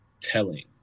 Telling